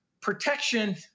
protection